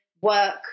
work